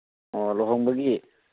ꯑꯣ ꯂꯨꯍꯣꯡꯕꯒꯤ